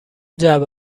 جعبه